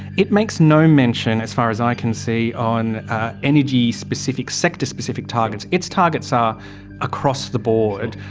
it makes no mention as far as i can see on energy specific, sector specific targets, its targets are across the board.